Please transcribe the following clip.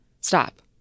stop